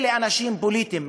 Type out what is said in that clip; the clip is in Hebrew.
אלה אנשים פוליטיים,